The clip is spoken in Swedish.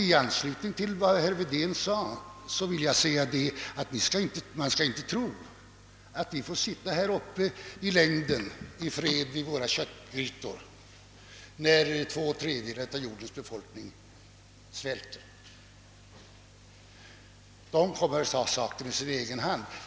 I likhet med herr Wedén vill jag betona att vi inte skall tro att vi i längden kan sitta här i fred vid våra köttgrytor, när två tredjedelar av jordens befolkning svälter. Folken i u-länderna kommer att ta saken i sina egna händer.